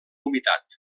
humitat